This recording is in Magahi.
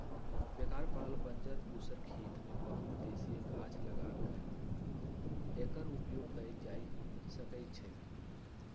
बेकार पड़ल बंजर उस्सर खेत में बहु उद्देशीय गाछ लगा क एकर उपयोग कएल जा सकै छइ